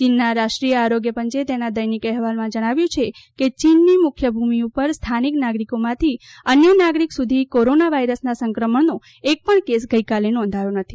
ચીનના રાષ્ટ્રીય આરોગ્ય પંચે તેના દૈનિક અહેવાલમાં જણાવ્યું છે કે ચીનની મુખ્ય ભૂમિ ઉપર સ્થાનિક નાગરિકોમાંથી અન્ય નાગરિક સુધી કોરોના વાયરસના સંક્રમણનો એક પણ કેસ ગઈકાલે નોંધાયો નથી